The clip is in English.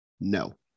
no